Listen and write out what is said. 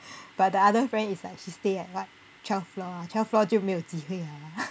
but the other friend is like she stay at like what twelfth floor twelfth floor 就没有机会了